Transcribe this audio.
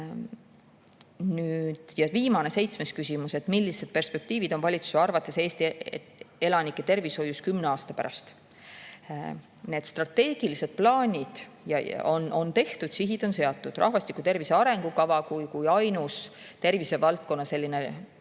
Viimane, seitsmes küsimus: millised perspektiivid on valitsuse arvates Eesti elanike tervishoius kümne aasta pärast? Strateegilised plaanid on tehtud, sihid on seatud. Rahvastiku tervise arengukavas kui ainsas tervisevaldkonna laias